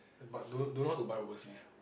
but don't don't know how to buy overseas